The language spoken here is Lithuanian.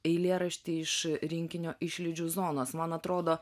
eilėraštį iš rinkinio išlydžių zonos man atrodo